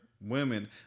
women